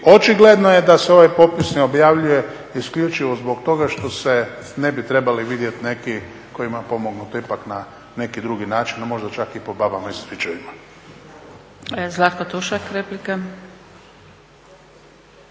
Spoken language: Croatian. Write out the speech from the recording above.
očigledno je da se ovaj popis ne objavljuje isključivo zbog toga što se ne bi trebali vidjeti neki kojima je pomognuto ipak na neki drugi način, a možda čak i po babama i stričevima. **Zgrebec, Dragica